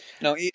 No